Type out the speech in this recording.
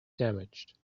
damaged